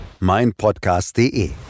meinpodcast.de